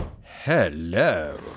Hello